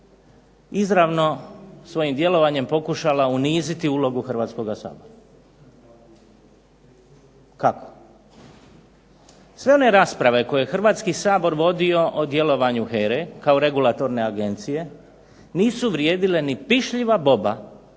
izravno svojim djelovanjem pokušala uniziti ulogu Hrvatskoga sabora. Kako? Sve one rasprave koje je Hrvatski sabor vodio o djelovanju HERA-e kao regulatorne agencije nisu vrijedile ni pišljiva boba